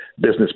business